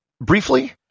Briefly